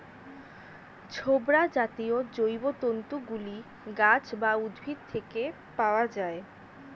ছোবড়া জাতীয় জৈবতন্তু গুলি গাছ বা উদ্ভিদ থেকে পাওয়া যায়